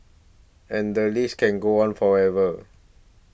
and the list can go on forever